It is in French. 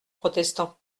protestant